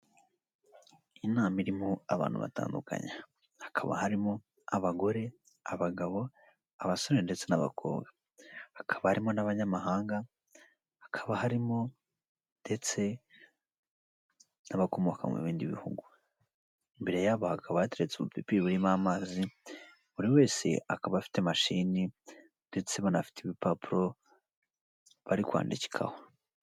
Iyi nama irimo abantu batandukanye, hakaba harimo abagore, abagabo, abasore ndetse n'abakobwa, hakaba harimo n'abanyamahanga hakaba harimo ndetse n'abakomoka mu bindi bihugu, imbere yabo hakaba hateretse ubupipiri burimo amazi, buri wese akaba afite mashini ndetse banafite ibipapuro bari kwandikaho.